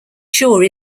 shore